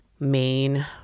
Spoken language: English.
main